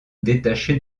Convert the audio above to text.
détaché